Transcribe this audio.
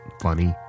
funny